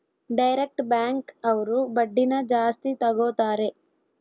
direct bank ಅವ್ರು ಬಡ್ಡಿನ ಜಾಸ್ತಿ ತಗೋತಾರೆ